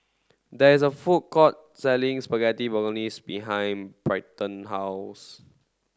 there is a food court selling Spaghetti Bolognese behind Bryton's house